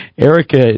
Erica